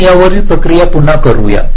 आपण यावरील प्रक्रिया पुन्हा करूया